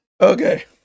Okay